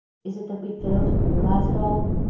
is it that we fail to realize it all?